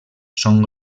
són